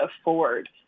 afford